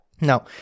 Now